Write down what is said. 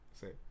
Say